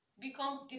become